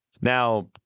Now